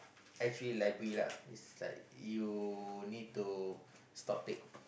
actually library lah is like you need to stock take